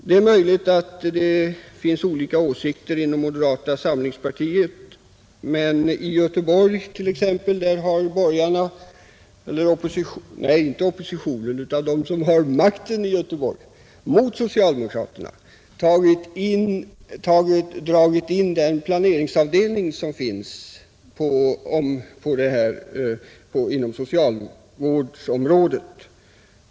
Det är möjligt att det finns olika åsikter inom moderata samlingspartiet, men i Göteborg har borgarna, som har makten — alltså inte socialdemokraterna, som är i opposition — dragit in planeringsavdelningen inom socialvårdsområdet.